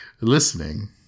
Listening